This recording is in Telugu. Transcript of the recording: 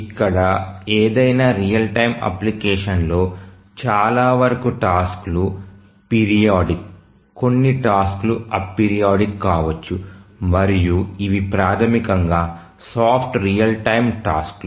ఇక్కడ ఏదైనా రియల్ టైమ్ అప్లికేషన్లో చాలావరకు టాస్క్లు పిరియాడిక్ కొన్ని టాస్క్లు అపిరియోడిక్ కావచ్చు మరియు ఇవి ప్రాథమికంగా సాఫ్ట్ రియల్ టైమ్ టాస్క్లు